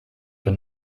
for